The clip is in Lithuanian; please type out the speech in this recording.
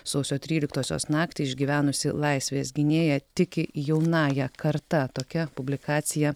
sausio tryliktosios naktį išgyvenusi laisvės gynėja tiki jaunąja karta tokia publikacija